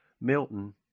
Milton